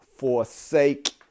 Forsake